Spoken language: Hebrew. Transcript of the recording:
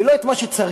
ולא את מה שצריך.